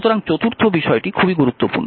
সুতরাং চতুর্থ বিষয়টি খুবই গুরুত্বপূর্ণ